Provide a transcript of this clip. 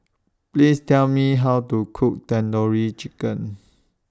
Please Tell Me How to Cook Tandoori Chicken